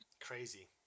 Crazy